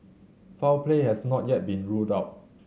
foul play has not yet been ruled out